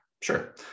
sure